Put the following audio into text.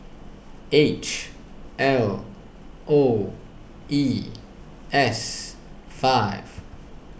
H L O E S five